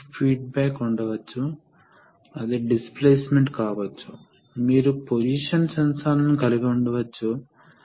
retraction stroke ద్వారా మీరు వేగంగా చేయాలనుకుంటున్నారు ఎందుకంటే మీరు ఆపరేషన్ సమయాన్ని ఆదా చేయాలనుకుంటున్నారు